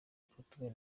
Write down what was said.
portugal